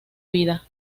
vida